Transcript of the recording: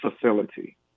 facility